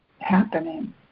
happening